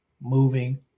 moving